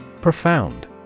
Profound